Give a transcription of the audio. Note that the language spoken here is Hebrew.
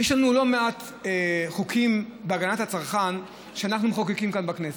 שיש לנו לא מעט חוקים בהגנת הצרכן שאנחנו מחוקקים כאן בכנסת,